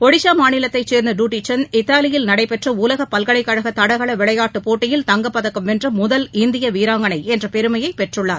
ஒடிசா மாநிலத்தைச் சேர்ந்த டுட்டி சந்த் இத்தாலியில் நடைபெற்ற உலக பல்கலைக்கழக தடகள விளையாட்டுப் போட்டியில் தங்கப்பதக்கம் வென்ற முதல் இந்திய வீராங்கனை என்ற பெருமையை பெற்றுள்ளார்